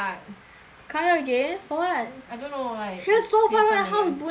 come here again for what I don't know like she live so far right house is boon lay leh